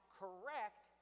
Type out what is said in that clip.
correct